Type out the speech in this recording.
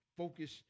focus